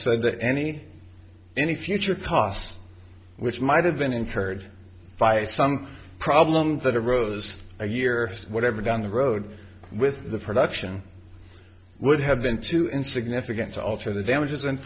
said that any any future costs which might have been incurred by some problem that arose a year whatever down the road with the production would have been to in significance alter the damages and